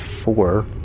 four